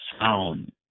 sound